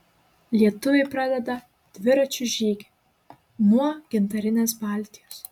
lietuviai pradeda dviračių žygį nuo gintarinės baltijos